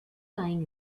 lying